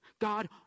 God